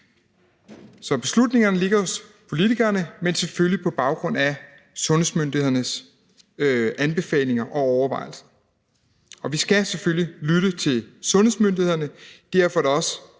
Så beslutningerne ligger hos politikerne, men selvfølgelig på baggrund af sundhedsmyndighedernes anbefalinger og overvejelser, og vi skal selvfølgelig lytte til sundhedsmyndighederne. Derfor er det også